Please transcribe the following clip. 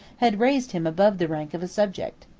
had raised him above the rank of a subject.